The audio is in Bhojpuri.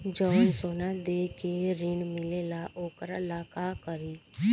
जवन सोना दे के ऋण मिलेला वोकरा ला का करी?